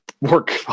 work